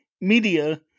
Media